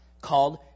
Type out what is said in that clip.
called